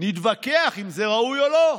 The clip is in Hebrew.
נתווכח אם זה ראוי או לא,